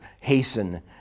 hasten